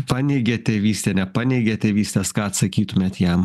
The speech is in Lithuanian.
paneigia tėvystę nepaneigia tėvystės ką atsakytumėt jam